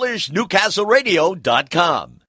NewcastleRadio.com